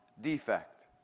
defect